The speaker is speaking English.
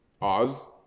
Oz